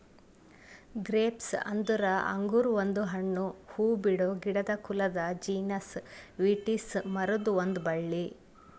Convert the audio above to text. grapes ಅಂದುರ್ ಅಂಗುರ್ ಒಂದು ಹಣ್ಣು, ಹೂಬಿಡೋ ಗಿಡದ ಕುಲದ ಜೀನಸ್ ವಿಟಿಸ್ ಮರುದ್ ಒಂದ್ ಬಳ್ಳಿ